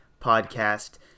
podcast